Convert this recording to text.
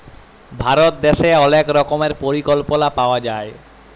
ভারত দ্যাশে অলেক রকমের পরিকল্পলা পাওয়া যায়